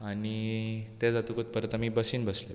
आनी तें जातकूत आमी परत बसीन बसले